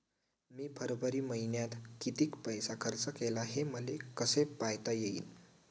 मी फरवरी मईन्यात कितीक पैसा खर्च केला, हे मले कसे पायता येईल?